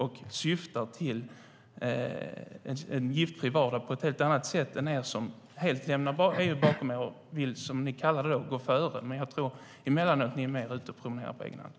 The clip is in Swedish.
Den syftar till en giftfri vardag på ett helt annat sätt än er, som helt lämnar EU bakom. Ni vill, som ni kallar det, gå före, men jag tror att ni emellanåt är mer ute och promenerar på egen hand.